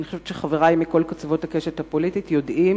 אני חושבת שחברי מכל קצוות הקשת הפוליטית יודעים